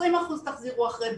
20% תחזירו אחרי בדיקה.